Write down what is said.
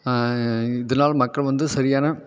இதனால மக்கள் வந்து சரியான